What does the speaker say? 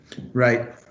Right